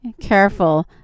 careful